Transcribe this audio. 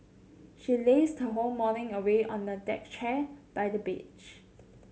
she lazed her whole morning away on a deck chair by the beach